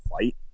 fight